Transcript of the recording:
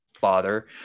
bother